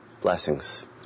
blessings